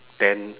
then